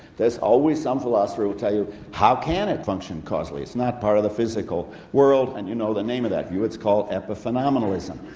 there's always some philosopher who'll tell you how can it function causally? it's not part of the physical world, and you know, the name of that view, it's called epiphenomenalism.